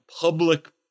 public